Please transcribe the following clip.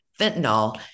fentanyl